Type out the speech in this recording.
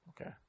Okay